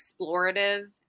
explorative